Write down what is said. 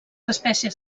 espècies